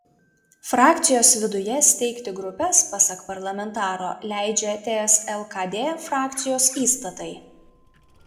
frakcijos viduje steigti grupes pasak parlamentaro leidžia ts lkd frakcijos įstatai